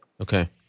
Okay